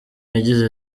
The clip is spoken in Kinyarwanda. yagize